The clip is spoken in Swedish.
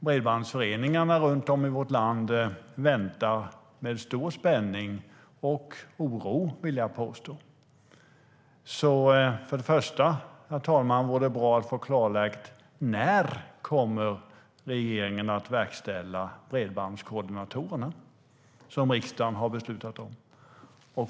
Bredbandsföreningarna runt om i vårt land väntar med stor spänning och oro, vill jag påstå. Herr talman! För det första vore det bra att få klarlagt när regeringen kommer att verkställa riksdagens beslut om bredbandskoordinatorer.